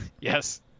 Yes